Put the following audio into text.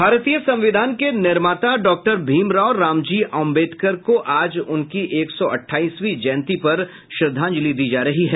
भारतीय संविधान के निर्माता डॉक्टर भीमराव रामजी आम्बेडकर को आज उनकी एक सौ अठाईसवीं जयंती पर श्रद्धांजलि दी जा रही है